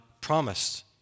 promised